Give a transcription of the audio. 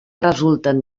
resulten